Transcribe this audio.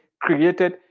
created